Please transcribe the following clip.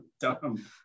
dumb